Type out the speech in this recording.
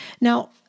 Now